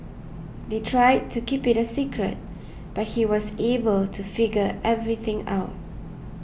they tried to keep it a secret but he was able to figure everything out